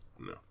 no